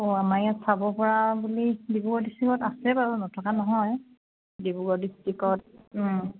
অঁ আমাৰ ইয়াত চাব পৰা বুলি ডিব্ৰুগড় ডিষ্ট্ৰিকত আছে বাৰু নথকা নহয় ডিব্ৰুগড় ডিষ্ট্ৰিকত